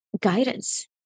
guidance